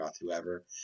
whoever